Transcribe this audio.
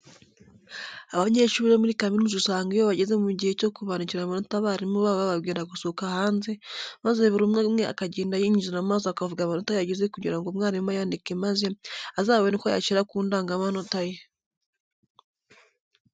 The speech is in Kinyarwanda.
Abanyeshuri bo muri kaminuza usanga iyo bageze mu gihe cyo kubandikira amanota abarimu babo bababwira gusohoka hanze maze buri umwe umwe akagenda yinjira maze akavuga amanota yagize kugira ngo umwarimu ayandike maze azabone uko ayashyira ku ndangamanota ye.